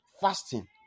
fasting